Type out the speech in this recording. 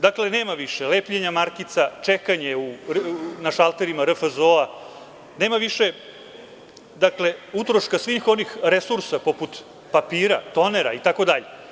Dakle, nema više lepljenja markica, čekanje na šalterima RFZO, nema više utroška svih onih resursa poput papira, tonera, itd.